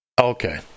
Okay